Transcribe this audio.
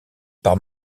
par